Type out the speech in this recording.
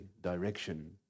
direction